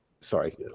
Sorry